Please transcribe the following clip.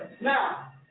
Now